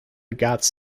ghats